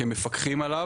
כמפקחים עליו,